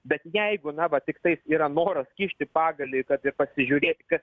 bet jeigu na va tiktais yra noras kišti pagalį kad ir pasižiūrėk kas